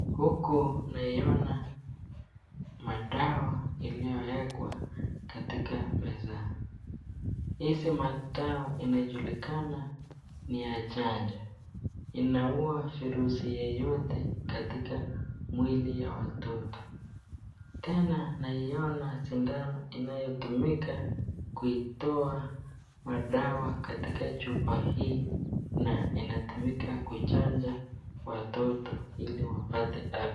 Huku naiona madawa iliyowekwa katika mezani. Hizi madawa inajulikana ni ya chanjo inaua virusi yoyote katika mwili ya watoto. Tena naiona sindano inayotumika kuitoa madawa katika chupa hii na inatumika kuchanja watoto ili wapate afya.